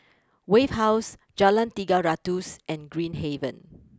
Wave house Jalan Tiga Ratus and Green Haven